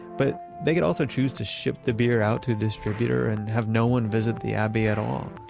but they can also choose to ship the beer out to distributor and have no one visit the abbey at all.